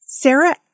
Sarah